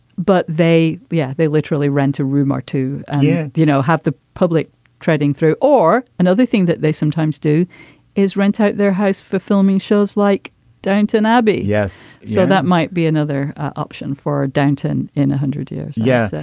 but they yeah they literally rent a room or two yeah you know have the public trading through or another thing that they sometimes do is rent out their house for filming shows like downton abbey. yes. so that might be another option for downton in a hundred years yes.